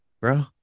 bro